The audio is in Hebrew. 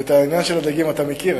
את העניין של הדגים אתה הרי מכיר.